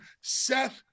Seth